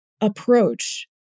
approach